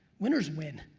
winners win,